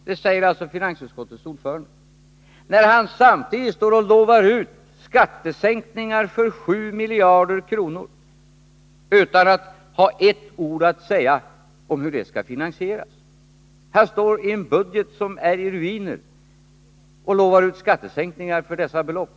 Det gör finansut skottets ordförande, samtidigt som han utlovar skattesänkningar för 7 miljarder kronor utan att ha ett ord att säga om hur det skall finansieras. Han står här med en budget som är i ruiner och lovar ut skattesänkningar för dessa belopp.